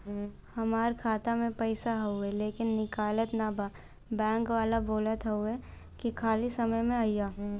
हमार खाता में पैसा हवुवे लेकिन निकलत ना बा बैंक वाला बोलत हऊवे की खाली समय में अईहा